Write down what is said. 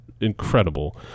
incredible